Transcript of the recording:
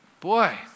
Boy